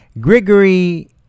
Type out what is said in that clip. grigory